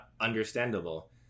understandable